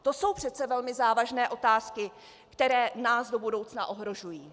To jsou přece velmi závažné otázky, které nás do budoucna ohrožují.